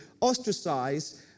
ostracized